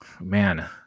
man